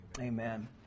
Amen